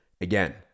Again